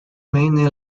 main